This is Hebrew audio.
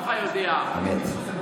אבל יש חובת מחאה, מי כמוך יודע.